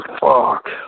fuck